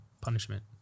punishment